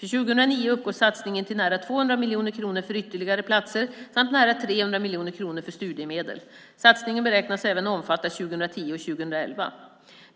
För 2009 uppgår satsningen till nära 200 miljoner kronor för ytterligare platser samt nära 300 miljoner kronor för studiemedel. Satsningen beräknas även omfatta 2010 och 2011.